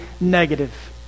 negative